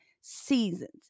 seasons